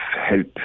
help